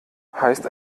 heißt